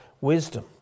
wisdom